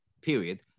period